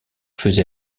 faisait